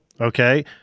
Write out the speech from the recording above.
okay